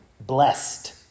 blessed